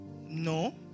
No